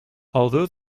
although